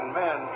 men